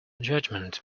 judgment